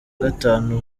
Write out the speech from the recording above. gatanu